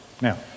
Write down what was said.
Now